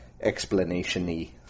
explanation-y